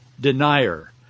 denier